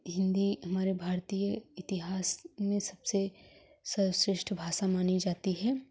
हिंदी हमारे भारतीय इतिहास में सबसे सर्वश्रेष्ठ भाषा मानी जाती है